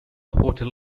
hotel